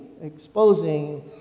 exposing